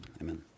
Amen